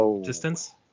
distance